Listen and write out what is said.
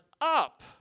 up